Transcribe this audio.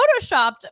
photoshopped